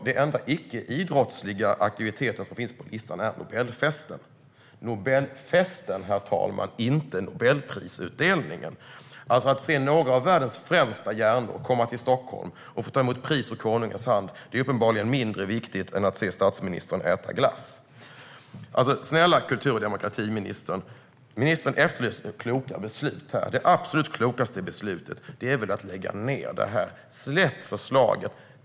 Den enda icke-idrottsliga aktivitet som finns på listan är Nobelfesten - inte Nobelprisutdelningen, herr talman, utan Nobelfesten. Att se några av världens främsta hjärnor komma till Stockholm och få ta emot pris ur konungens hand är uppenbarligen mindre viktigt än att se statsministern äta glass. Snälla kultur och demokratiministern! Ministern efterlyser kloka beslut. Det absolut klokaste beslutet är väl att lägga ned det här. Släpp förslaget!